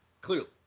Clearly